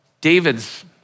David's